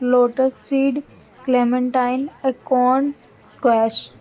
lotus seed clementine acorn squash